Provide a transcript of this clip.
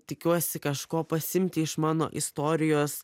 tikiuosi kažko pasiimti iš mano istorijos